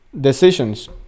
decisions